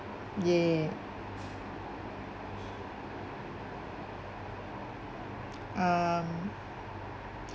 yeah um